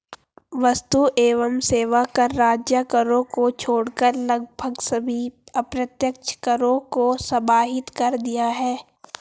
वस्तु एवं सेवा कर राज्य करों को छोड़कर लगभग सभी अप्रत्यक्ष करों को समाहित कर दिया है